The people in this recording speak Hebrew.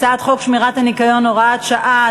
הצעת חוק שמירת הניקיון (הוראת שעה),